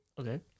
okay